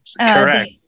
correct